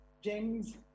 James